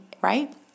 right